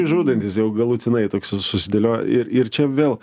žudantys jau galutinai toks susidėlioja ir ir čia vėl